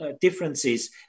differences